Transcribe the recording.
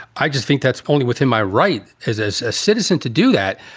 i just think that's only with him. my right as as a citizen to do that.